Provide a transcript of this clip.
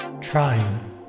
Trying